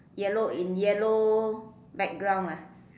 yellow in yellow background ah